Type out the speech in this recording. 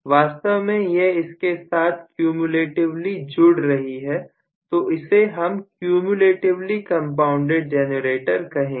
वास्तव में यह इसके साथ क्यूम्यूलेटिवली जुड़ रही है तो इसे हम क्यूम्यूलेटिवली कंपाउंडेड जेनरेटर कहेंगे